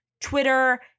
Twitter